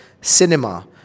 cinema